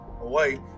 away